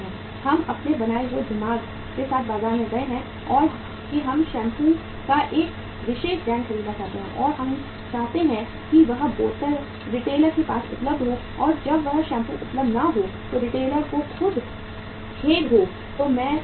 हम अपने बनाए हुए दिमाग के साथ बाज़ार में गए हैं कि हम शैम्पू का एक विशेष ब्रांड खरीदना चाहते हैं और हम चाहते हैं कि वह बोतल रिटेलर के पास उपलब्ध हो और जब वह शैम्पू उपलब्ध न हो और रिटेलर को खेद हो तो मैं नहीं कहता